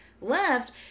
left